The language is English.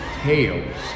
tales